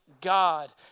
God